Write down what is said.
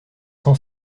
sans